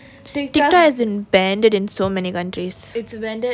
Tik Tok has been banned in so many countries